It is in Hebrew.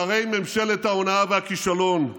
שרי ממשלת ההונאה והכישלון,